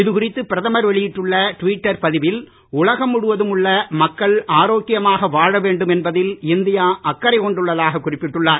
இதுகுறித்து பிரதமர் வெளியிட்டுள்ள டுவிட்டர் பதிவில் உலகம் முழுவதும் உள்ள மக்கள் ஆரோக்கியமாக வாழ வேண்டும் என்பதில் இந்தியா அக்கறை கொண்டுள்ளதாக குறிப்பிட்டுள்ளார்